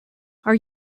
are